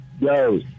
Yo